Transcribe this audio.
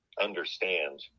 understand